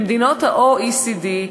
במדינות ה-OECD,